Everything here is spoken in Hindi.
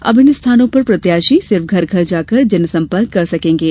अब इन स्थानों पर प्रत्याशी सिर्फ घर घर जाकर जनसंपर्क कर सकेंगे